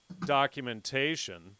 documentation